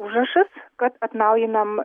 užrašas kad atnaujinam